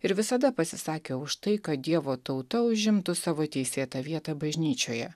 ir visada pasisakė už tai kad dievo tauta užimtų savo teisėtą vietą bažnyčioje